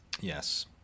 Yes